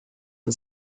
and